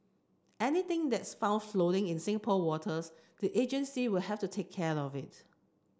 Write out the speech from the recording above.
anything that's found floating in Singapore waters the agency will have to take care of it